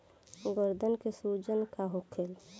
गदन के सूजन का होला?